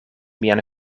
mian